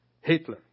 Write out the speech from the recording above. Hitler